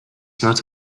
not